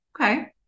okay